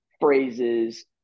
phrases